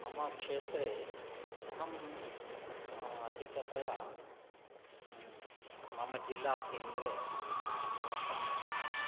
मम क्षेत्रे अहं अधिकतया मम जिल्लाकेन्द्रे न् निवसामि स्म